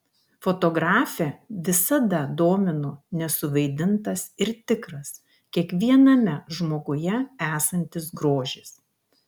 fotografę visada domino nesuvaidintas ir tikras kiekviename žmoguje esantis grožis